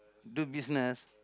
do business